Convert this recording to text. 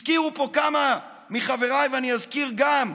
הזכירו פה כמה מחבריי, ואני אזכיר גם,